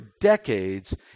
decades